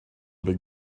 big